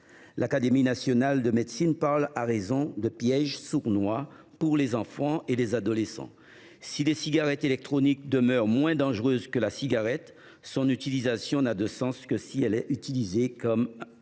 L’Académie nationale de médecine parle, à raison, de « piège […] sournois pour les enfants et les adolescents ». Si la cigarette électronique demeure moins dangereuse que la cigarette, son utilisation n’a de sens que si elle est utilisée comme substitut.